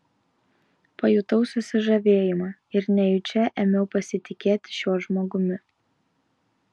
pajutau susižavėjimą ir nejučia ėmiau pasitikėti šiuo žmogumi